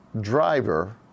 driver